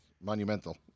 monumental